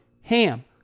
HAM